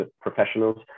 professionals